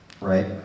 right